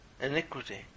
Iniquity